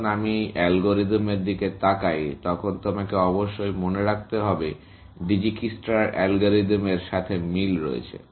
যখন আমি এই অ্যালগরিদমের দিকে তাকাই তখন তোমাকে অবশ্যই মনে রাখতে হবে ডিজিকিস্ট্রার অ্যালগরিদমের Dijikistra's algorithm সাথে মিল রয়েছে